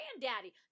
granddaddy